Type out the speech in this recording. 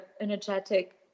energetic